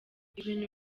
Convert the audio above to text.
ibintu